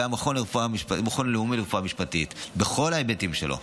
והמכון הלאומי לרפואה משפטית בכל ההיבטים שלו.